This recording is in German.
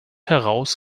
heraus